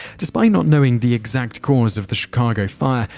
despite not knowing the exact cause of the chicago fire,